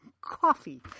coffee